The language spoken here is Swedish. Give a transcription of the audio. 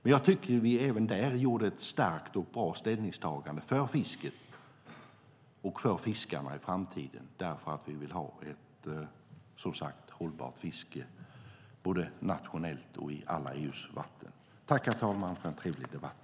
Men jag tycker att vi även där gjorde ett starkt och bra ställningstagande för fisken och för fiskarna i framtiden. Vi vill, som sagt, ha ett hållbart fiske både nationellt och i alla EU:s vatten. Tack, herr talman, för en trevlig debatt!